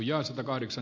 herra puhemies